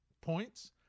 points